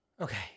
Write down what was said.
Okay